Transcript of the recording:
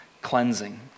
cleansing